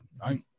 right